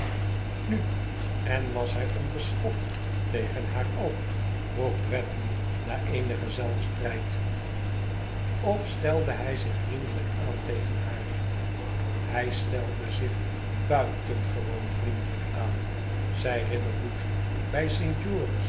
nu en was hij onbeschoft tegen haar ook vroeg bradley na eenigen zelfstrijd of stelde hij zich vriendelijk aan tegen haar hij stelde zich buitengewoon vriendelijk aan zei riderhood bij